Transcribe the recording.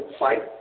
fight